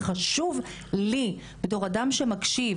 וחשוב לי בתור אדם שמקשיב